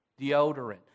deodorant